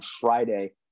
Friday